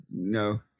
No